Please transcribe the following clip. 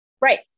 Right